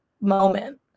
moment